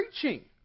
preaching